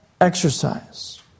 exercise